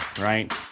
right